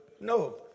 No